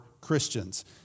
Christians